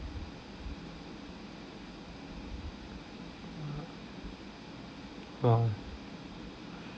uh